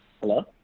Hello